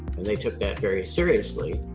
and they took that very seriously.